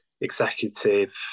executive